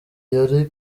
yari